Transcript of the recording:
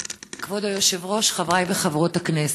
כבוד היושב-ראש, חברי וחברות הכנסת,